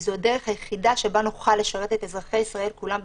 וזאת הדרך היחידה שבה נוכל לשרת את אזרחי ישראל כולם במקצועיות.